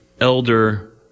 elder